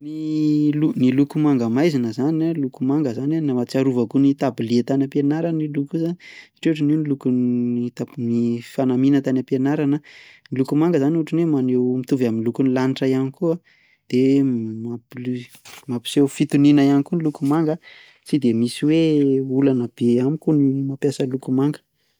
Ny lo- ny loko manga maizina zany a loko manga zany a no ahatsiarovako ny tablier tany am-pianarana io loko io zany satria ohatran'io ny lokon'ny tab- ny fanamiana tany am-pianarana. Ny loko manga zany ohatra ny hoe maneho mitovy am'lokon'ny lanitra ihany koa de mampli- mampiseho fitoniana ihany koa ny loko manga, tsy de misy hoe olana be amiko ny mampiasa loko manga.